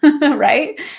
Right